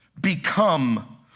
become